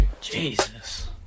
Jesus